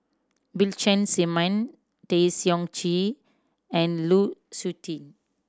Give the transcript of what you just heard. Bill Chen Simon Tay Seong Chee and Lu Suitin